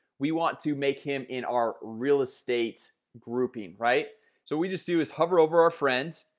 we want to make him in our real estate grouping right so we just do is hover over our friends.